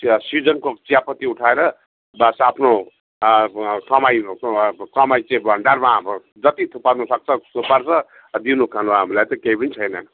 चिया सिजनको चियापत्ती उठाएर बस आफ्नो कमाई कमाई चाहिँ भन्डारमा अब जति थुपार्नु सक्छ थुपार्छ छ दिनु खानु हामीलाई त केही पनि छैन